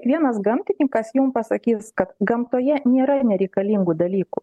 vienas gamtininkas jum pasakys kad gamtoje nėra nereikalingų dalykų